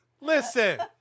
listen